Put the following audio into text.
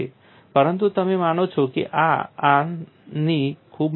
પરંતુ તમે માનો છો કે આ આ આની ખૂબ નજીક છે